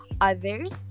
others